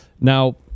Now